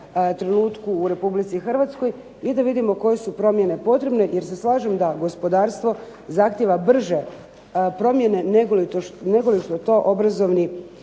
trenutku u Republici Hrvatskoj i da vidimo koje su potrebne promjene, jer se slažem da gospodarstvo zahtijeva brže promjene nego li što je to obrazovni